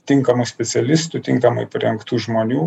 tinkamų specialistų tinkamai parengtų žmonių